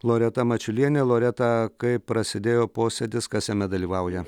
loreta mačiulienė loreta kaip prasidėjo posėdis kas jame dalyvauja